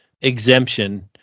exemption